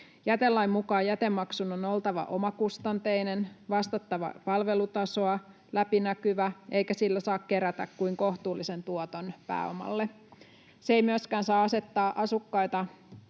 Jätelain mukaan jätemaksun on oltava omakustanteinen, palvelutasoa vastaava ja läpinäkyvä eikä sillä saa kerätä kuin kohtuullisen tuoton pääomalle. Se ei myöskään saa asettaa asukkaita